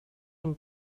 him